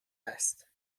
است